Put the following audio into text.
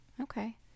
Okay